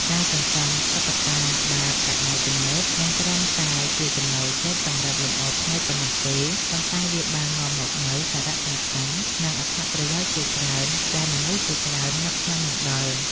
ការសន្សំតុក្កតាបែបសម័យទំនើបមិនត្រឹមតែជាចំណូលចិត្តសម្រាប់លម្អភ្នែកប៉ុណ្ណោះទេ ប៉ុន្តែវាបាននាំមកនូវសារៈសំខាន់ និងអត្ថប្រយោជន៍ជាច្រើនដែលមនុស្សជាច្រើននឹកស្មានមិនដល់។